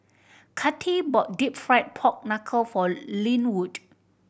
Kathi bought Deep Fried Pork Knuckle for Lynwood